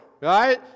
Right